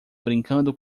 brincando